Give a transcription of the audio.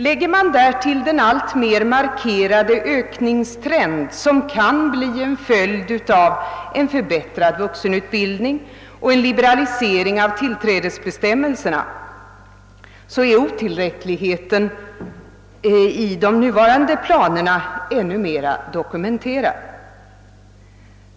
Lägger man därtill den alltmer markerade ökningstrend som kan bli en följd av en förbättrad vuxenutbildning och en liberalisering av tillträdesbestämmelserna är otillräckligheten i de nuvarande planerna i än högre grad dokumenterad.